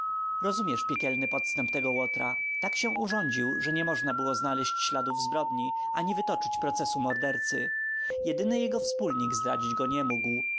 piekielny podstęp tego łotra tak się urządził że nie można było znaleźć śladów zbrodni ani wytoczyć procesu mordercy jedyny jego wspólnik zdradzić go nic mógł